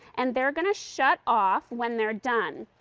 and they're going to shut off when they're done.